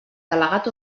delegat